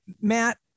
Matt